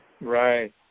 Right